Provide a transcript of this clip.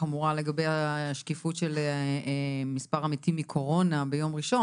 החמורה לגבי השקיפות של מספר המתים מקורונה ביום ראשון.